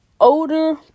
older